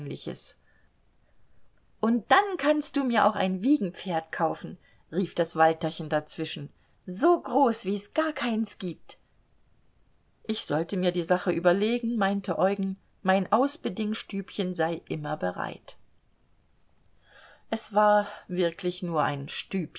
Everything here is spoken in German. und dann kannst du mir auch ein wiegenpferd kaufen rief das walterchen dazwischen so groß wie's gar kein's gibt ich sollte mir die sache überlegen meinte eugen mein ausbedingestübchen sei immer bereit es war wirklich nur ein